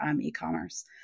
e-commerce